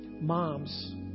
Moms